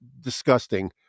disgusting